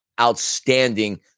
outstanding